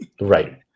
Right